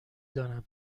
دانم